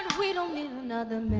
we don't need another